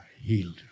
healed